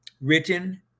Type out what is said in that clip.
written